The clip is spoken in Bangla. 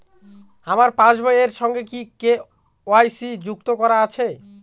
আমার পাসবই এর সঙ্গে কি কে.ওয়াই.সি যুক্ত করা আছে?